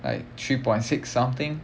like three point six something